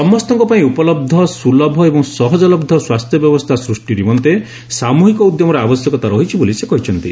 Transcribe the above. ସମସ୍ତଙ୍କ ପାଇଁ ଉପଲହ୍ଧ ସୁଲଭ ଏବଂ ସହଜଲହ୍ଧ ସ୍ୱାସ୍ଥ୍ୟ ବ୍ୟବସ୍ଥା ସୃଷ୍ଟି ନିମନ୍ତେ ସାମୁହିକ ଉଦ୍ୟମର ଆବଶ୍ୟକତା ରହିଛି ବୋଲି ସେ କହିଛନ୍ତି